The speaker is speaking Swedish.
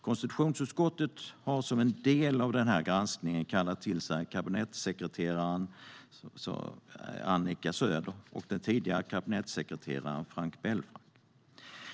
Konstitutionsutskottet har som en del av denna granskning kallat till sig kabinettssekreterare Annika Söder och den tidigare kabinettssekreteraren Frank Belfrage.